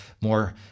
more